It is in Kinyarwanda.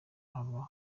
aba